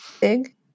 big